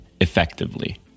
effectively